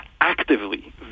actively